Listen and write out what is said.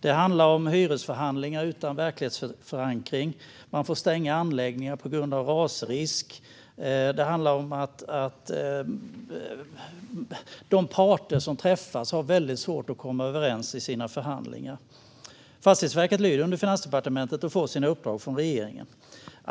Det handlar om hyresförhandlingar utan verklighetsförankring. Man får stänga anläggningar på grund av rasrisk. De parter som träffas har väldigt svårt att komma överens i sina förhandlingar. Fastighetsverket lyder under Finansdepartementet och får sina uppdrag från regeringen.